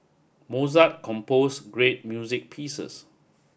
Mozart composed great music pieces